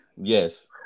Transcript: Yes